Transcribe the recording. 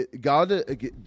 God